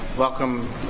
welcome,